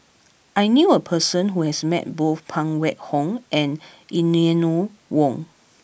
I knew a person who has met both Phan Wait Hong and Eleanor Wong